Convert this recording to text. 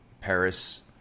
paris